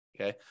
okay